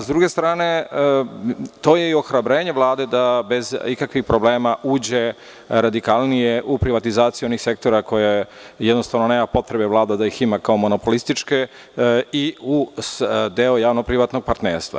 S druge strane, to je i ohrabrenje Vlade da bez ikakvih problema uđe radikalne u privatizaciju onih sektora koje jednostavno nema potrebe Vlada da ih ima kao monopolističke i u deo javno-privatnog partnerstva.